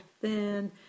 thin